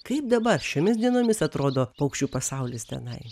kaip dabar šiomis dienomis atrodo paukščių pasaulis tenai